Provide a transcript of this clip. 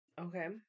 okay